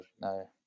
No